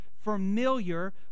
familiar